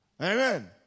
Amen